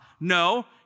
No